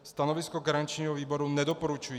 Stanovisko garančního výboru je nedoporučující.